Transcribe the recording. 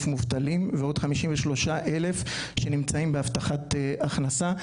מובטלים ועוד 53,000 שנמצאים בהבטחת הכנסה.